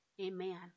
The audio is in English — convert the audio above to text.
Amen